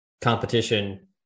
competition